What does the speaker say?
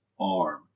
arm